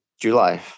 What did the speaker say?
July